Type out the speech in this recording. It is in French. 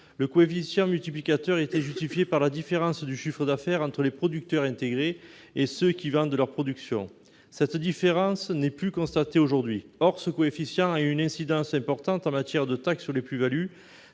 Le coefficient multiplicateur était justifié par la différence de chiffre d'affaires entre les producteurs intégrés et ceux qui vendent leur production ; cette différence n'est plus constatée aujourd'hui. Or ce coefficient a une incidence importante en matière de taxe sur les plus-values.